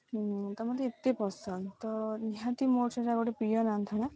ତ ମତେ ଏତେ ପସନ୍ଦ ତ ନିହାତି ମୋର ସେଇଟା ଗୋଟେ ପ୍ରିୟ ରାନ୍ଧଣା